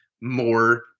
more